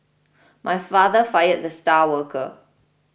my father fired the star worker